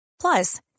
Plus